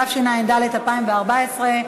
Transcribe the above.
התשע"ד 2014,